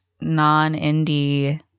non-indie